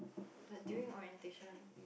but during orientation